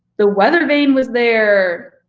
the weather vane was there.